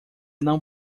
não